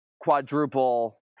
quadruple